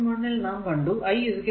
1 ൽ നാം കണ്ടു Idqdt